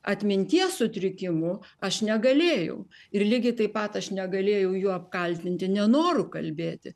atminties sutrikimu aš negalėjau ir lygiai taip pat aš negalėjau jų apkaltinti nenoru kalbėti